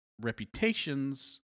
reputations